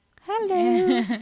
hello